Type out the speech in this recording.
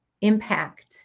impact